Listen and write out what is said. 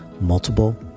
multiple